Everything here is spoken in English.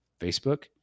Facebook